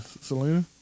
Selena